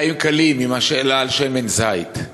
חיים קלים עם השאלה על שמן זית.